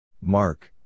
Mark